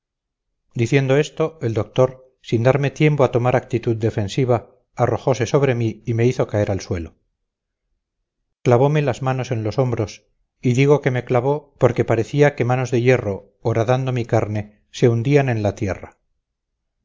diciendo esto el doctor sin darme tiempo a tomar actitud defensiva arrojose sobre mí y me hizo caer al suelo clavome las manos en los hombros y digo que me clavó porque parecía que manos de hierro horadando mi carne se hundían en la tierra